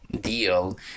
deal